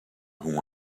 who